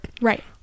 Right